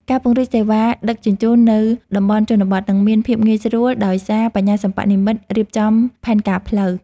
ការពង្រីកសេវាដឹកជញ្ជូនទៅតំបន់ជនបទ នឹងមានភាពងាយស្រួលដោយសារ បញ្ញាសិប្បនិម្មិត រៀបចំផែនការផ្លូវ។